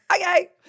okay